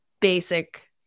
basic